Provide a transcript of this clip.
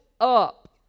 up